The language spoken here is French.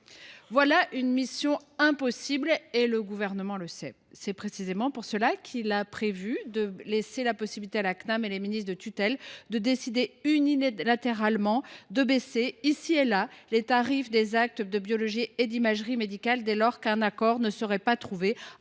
de la mission impossible, et le Gouvernement le sait. C’est précisément pour cela qu’il prévoit de laisser la Cnam et ses ministres de tutelle décider unilatéralement de baisser ici ou là les tarifs des actes de biologie et d’imagerie médicale, dès lors qu’un accord ne serait pas trouvé